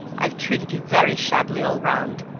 i've treated you very shabbily all round.